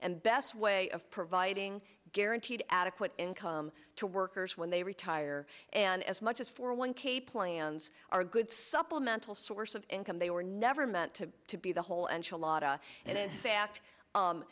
and best way of providing guaranteed adequate income to workers when they retire and as much as for one k plans are good supplemental sort income they were never meant to to be the whole enchilada and in fact